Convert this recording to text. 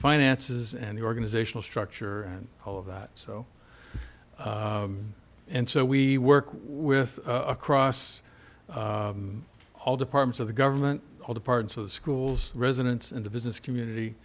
finances and the organizational structure and all of that so and so we work with across all departments of the government all the parts of the schools residents in the business community